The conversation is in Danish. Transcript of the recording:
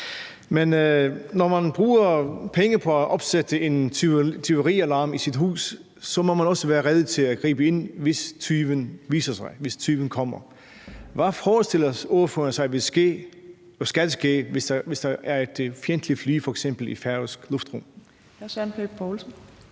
Men når man bruger penge på at opsætte en tyverialarm i sit hus, så må man også være rede til at gribe ind, hvis tyven viser sig; hvis tyven kommer. Hvad forestiller ordføreren sig vil ske og skal ske, hvis der f.eks. er et fjendtligt fly i færøsk luftrum?